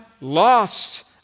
lost